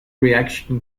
reaction